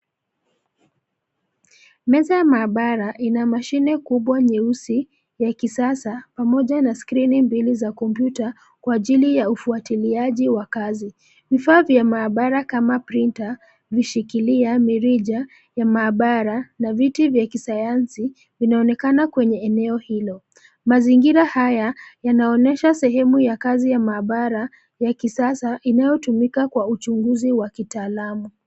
Meza ya maabara, ina mashine kubwa nyeusi, ya kisasa, pamoja na skrini mbili za kompyuta, kwa ajili ya ufuatiliaji wa kazi, vifaa vya maabara kama printer , vishikilia mirija, ya maabara na viti vya kisayansi, vinaonekana kwenye eneo hilo, mazingira haya, yanaonyesha sehemu ya kazi ya maabara, ya kisasa, inayotumika kwa uchunguzi wa kitaalamu.